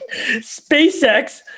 SpaceX